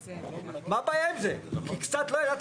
בו מוסד הרישוי הארצי בודק מה הסיבה לכך שהתהליך